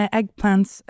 Eggplants